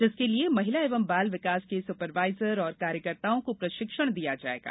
जिसके लिये महिला एवं बाल विकास के सुपरवाइजर और कार्यकर्ताओं को प्रशिक्षण दिया जायेगा